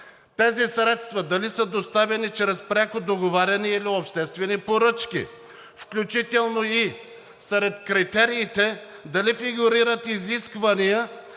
тези средства дали са доставени чрез пряко договаряне или с обществени поръчки, включително и дали сред критериите фигурират изисквания